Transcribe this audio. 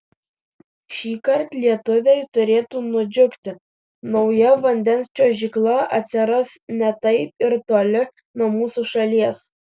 šįkart lietuviai turėtų nudžiugti nauja vandens čiuožykla atsiras ne taip ir toli nuo mūsų šalies